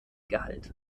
gehalt